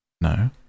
No